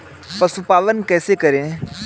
पशुपालन कैसे करें?